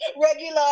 regular